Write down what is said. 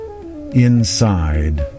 inside